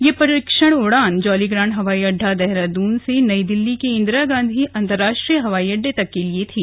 यह परीक्षण उड़ान जौलीग्रांट हवाई अड़डा देहरादून से नई दिल्ली के इन्दिरा गांधी अन्तर्राष्ट्रीय हवाई अड्डे तक के लिए थी